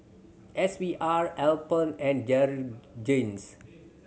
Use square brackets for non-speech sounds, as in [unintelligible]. S V R Alpen and [unintelligible]